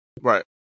Right